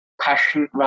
passion